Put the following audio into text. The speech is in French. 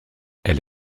elle